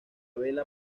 vela